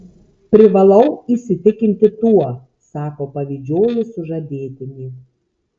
privalau įsitikinti tuo sako pavydžioji sužadėtinė